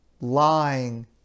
lying